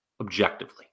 objectively